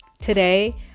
Today